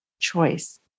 choice